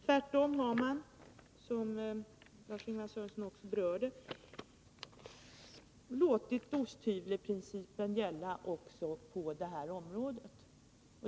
Tvärtom har man, som Lars-Ingvar Sörenson också framhöll, låtit osthyvelsprincipen gälla även på detta område.